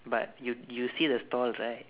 but you you see a stall right